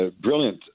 brilliant